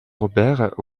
robert